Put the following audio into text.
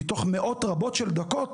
מתוך מאות רבות של דקות